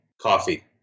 Coffee